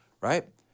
right